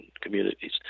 communities